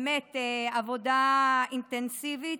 באמת עבודה אינטנסיבית,